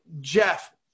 Jeff